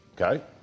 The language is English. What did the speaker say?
Okay